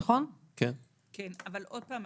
עוד פעם,